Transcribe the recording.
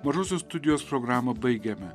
mažosios studijos programą baigėme